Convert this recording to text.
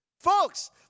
Folks